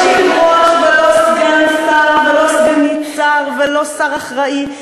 לא סגן יושב-ראש ולא סגן שר ולא סגנית שר ולא שר אחראי.